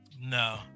no